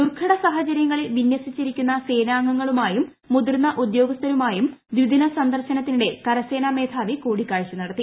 ദുർഘട സാഹചരൃങ്ങളിൽ വിനൃസിച്ചിരിക്കുന്ന സേനാംഗങ്ങളുമായും മുതിർന്ന ഉദ്യോഗസ്ഥന്മാരുമായും ദിദിന സന്ദർശനത്തിനിടെ കരസേന മേധാവി കൂടിക്കാഴ്ച നടത്തി